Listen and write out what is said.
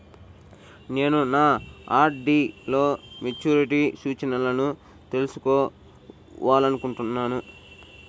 నేను నా ఆర్.డీ లో మెచ్యూరిటీ సూచనలను తెలుసుకోవాలనుకుంటున్నాను